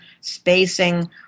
spacing